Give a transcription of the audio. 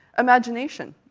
imagination,